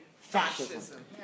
fascism